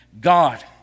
God